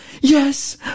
yes